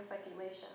speculation